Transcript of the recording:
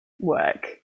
work